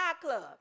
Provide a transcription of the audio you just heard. club